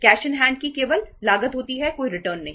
cash in hand की केवल लागत होती है कोई रिटर्न नहीं